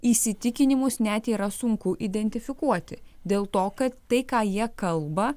įsitikinimus net yra sunku identifikuoti dėl to kad tai ką jie kalba